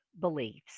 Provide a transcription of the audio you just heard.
beliefs